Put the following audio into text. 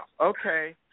Okay